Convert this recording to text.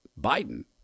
Biden